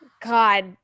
God